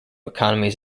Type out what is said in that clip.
economies